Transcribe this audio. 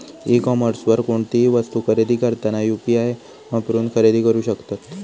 E कॉमर्सवर कोणतीही वस्तू खरेदी करताना यू.पी.आई वापरून खरेदी करू शकतत